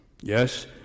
Yes